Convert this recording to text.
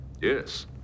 Yes